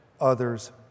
others